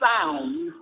sound